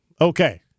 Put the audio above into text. Okay